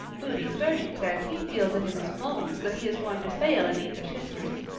moody spurgeon says he feels it in his bones that he is going to fail in english history.